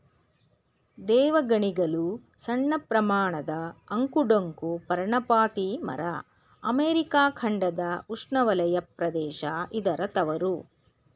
ದೇವಗಣಿಗಲು ಸಣ್ಣಪ್ರಮಾಣದ ಅಂಕು ಡೊಂಕು ಪರ್ಣಪಾತಿ ಮರ ಅಮೆರಿಕ ಖಂಡದ ಉಷ್ಣವಲಯ ಪ್ರದೇಶ ಇದರ ತವರು